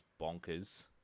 bonkers